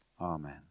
Amen